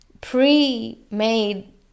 pre-made